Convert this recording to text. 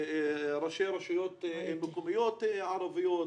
ראשי רשויות מקומיות ערביות,